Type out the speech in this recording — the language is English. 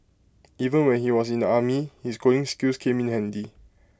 even when he was in the army his coding skills came in handy